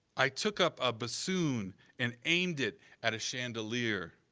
i took up a bassoon and aimed it at a chandelier.